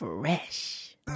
Fresh